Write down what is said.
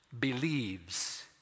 believes